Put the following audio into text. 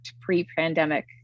pre-pandemic